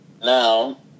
Now